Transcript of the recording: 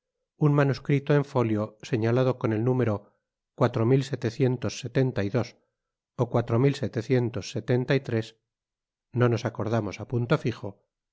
un manuscrito en fólio señalado con el número y dos o no nos acordamos á punto fijo